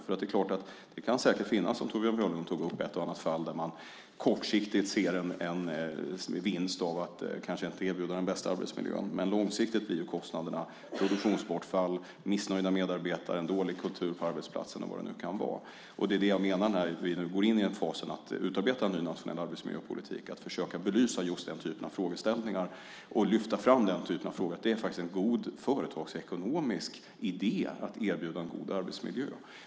Det är klart att det säkert, som Torbjörn Björlund tog upp, kan finnas ett och annat fall där man kortsiktigt ser en vinst av att kanske inte erbjuda den bästa arbetsmiljön, men långsiktigt blir ju kostnaderna produktionsbortfall, missnöjda medarbetare, en dålig kultur på arbetsplatsen och vad det nu kan vara. Det är det jag menar - när vi nu går in i fasen att utarbeta en ny, nationell arbetsmiljöpolitik ska vi försöka belysa just den typen av frågeställningar och lyfta fram den typen av frågor som handlar om att det faktiskt är en god företagsekonomisk idé att erbjuda en god arbetsmiljö.